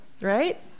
right